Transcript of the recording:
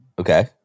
okay